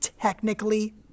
technically